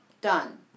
Done